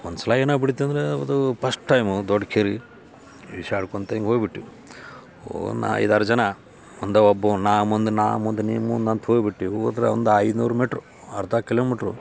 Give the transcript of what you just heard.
ಒಂದು ಸಲ ಏನಾಗಿಬಿಟ್ಟಿತ್ತಂದ್ರೆ ಅದು ಪಸ್ಟ್ ಟೈಮು ದೊಡ್ಡ ಕೆರೆ ಈಸಾಡ್ಕೊತ ಹಿಂಗೆ ಹೋಗಿಬಿಟ್ವಿ ಒಂದು ಐದು ಆರು ಜನ ಒಂದು ಒಬ್ಬ ನಾ ಮುಂದೆ ನಾ ಮುಂದೆ ನೀ ಮುಂದೆ ಅಂತ ಹೋಗಿಬಿಟ್ಟೆವು ಹೋದ್ರೆ ಒಂದು ಐನೂರು ಮೀಟ್ರ್ ಅರ್ಧ ಕಿಲೋಮೀಟ್ರು